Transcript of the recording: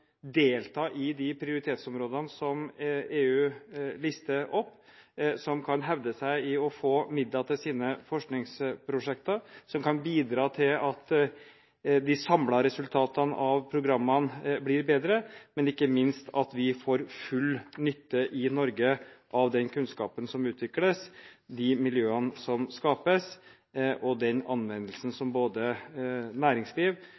delta i de prioritetsområdene som EU lister opp, som kan hevde seg med tanke på å få midler til sine forskningsprosjekter, og som kan bidra til at de samlede resultatene av programmene blir bedre – og ikke minst at vi i Norge får full nytte av kunnskapen som utvikles, miljøene som skapes og anvendelsen som både næringsliv,